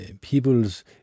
people's